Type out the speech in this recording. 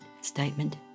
statement